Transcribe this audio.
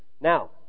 Now